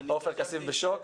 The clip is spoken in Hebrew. עופר כסיף בשוק.